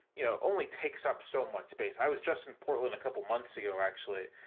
you know, only takes up so much space. i was just in portland a couple of months ago, actually,